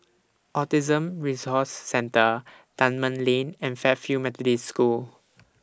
Autism Resource Centre Dunman Lane and Fairfield Methodist School